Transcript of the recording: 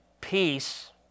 peace